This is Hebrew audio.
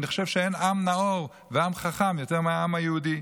אני חושב שאין עם נאור ועם חכם יותר מהעם היהודי.